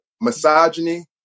misogyny